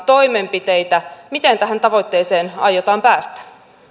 toimenpiteitä miten tähän tavoitteeseen aiotaan päästä